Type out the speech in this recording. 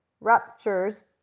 ruptures